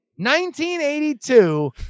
1982